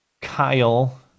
Kyle